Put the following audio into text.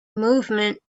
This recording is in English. movement